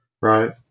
Right